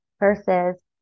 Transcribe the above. versus